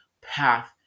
path